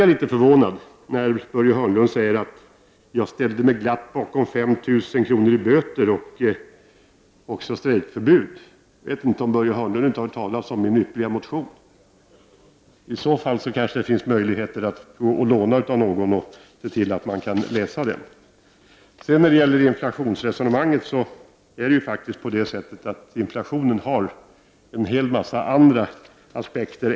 Jag blev förvånad när Börje Hörnlund sade att jag glatt ställde mig bakom förslaget om 5 000 kr. i böter för den som bröt mot strejkförbudet liksom jag också ställde mig bakom ett strejkförbud. Har inte Börje Hörnlund hört talas om min ypperliga motion? Om han inte har gjort det, kan han låna den av någon och läsa den. Inflationen i landet orsakas inte bara av en enda sak, utan har flera aspekter.